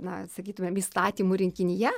na sakytumėm įstatymų rinkinyje